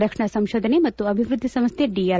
ರಕ್ಷಣಾ ಸಂಶೋಧನೆ ಮತ್ತು ಅಭಿವೃದ್ದಿ ಸಂಸ್ದೆ ಡಿಆರ್